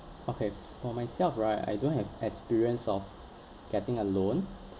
okay for myself right I don't have experience of getting a loan